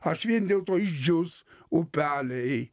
aš vien dėl to išdžius upeliai